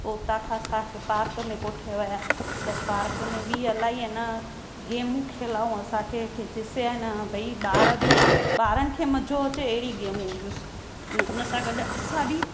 पो हुता खां असांखे पार्क में कोठे विया त पार्क में बि इलाही आहे न गेमूं खेलाऊं असांखे के के जिस से ऐं न ॿार बि ॿारनि खे मज़ो अचे अहिड़ी गेमूं हुयूं अने उन सां गॾु असां बि